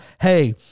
hey